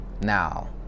Now